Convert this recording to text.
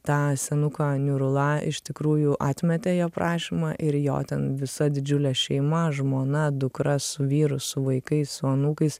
tą senuką niurula iš tikrųjų atmetė jo prašymą ir jo ten visa didžiulė šeima žmona dukra su vyru su vaikais su anūkais